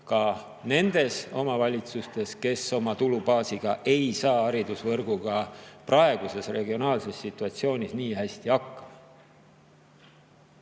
ka nendes omavalitsustes, kes oma tulubaasi juures ei saa haridusvõrguga praeguses regionaalses situatsioonis hästi hakkama.